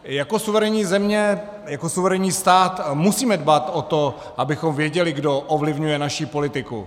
Jako suverénní země, jako suverénní stát musíme dbát o to, abychom věděli, kdo ovlivňuje naši politiku.